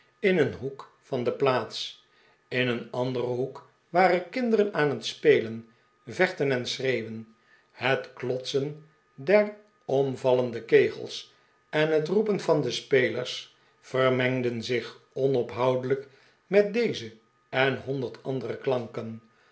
in een hoek van de plaats in een anderen hoek waren kinderen aan het spelen vechten en schreeuwen het klotsen der omvallende kegels en het roepen van de spelers vermengden zich onophoudelijk met deze en honderd andere klanken